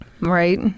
Right